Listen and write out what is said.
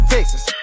Texas